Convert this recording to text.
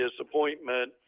disappointment